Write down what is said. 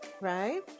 right